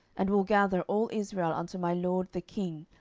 and will gather all israel unto my lord the king,